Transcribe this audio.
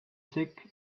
sick